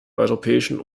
europäischen